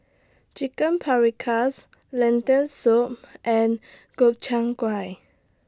Chicken Paprikas Lentil Soup and Gobchang Gui